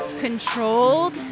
controlled